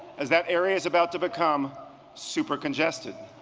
as that area is about to become super congested.